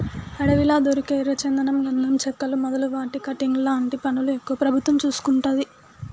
అడవిలా దొరికే ఎర్ర చందనం గంధం చెక్కలు మొదలు వాటి కటింగ్ లాంటి పనులు ఎక్కువ ప్రభుత్వం చూసుకుంటది